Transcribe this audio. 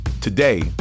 Today